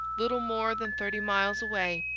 little more than thirty miles away.